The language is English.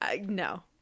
No